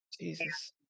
jesus